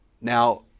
now